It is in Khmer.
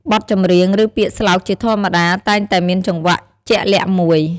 បទចម្រៀង ឬពាក្យស្លោកជាធម្មតាតែងតែមានចង្វាក់ជាក់លាក់មួយ។